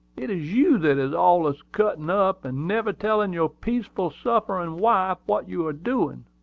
it is you that is allus cuttin' up, and never tellin' your peaceful, sufferin' wife what you are doin',